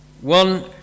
One